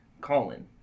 Colin